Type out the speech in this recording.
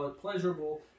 pleasurable